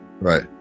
right